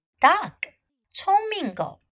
dog,聪明狗